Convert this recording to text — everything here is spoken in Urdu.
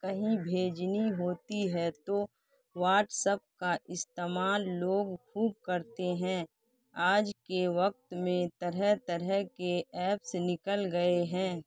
کہیں بھیجنی ہوتی ہے تو واٹسپ کا استعمال لوگ خوب کرتے ہیں آج کے وقت میں طرح طرح کے ایپس نکل گیے ہیں